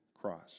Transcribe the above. cross